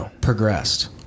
progressed